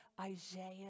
Isaiah